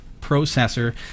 processor